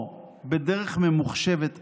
או בדרך ממוחשבת אחרת,